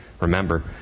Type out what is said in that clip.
Remember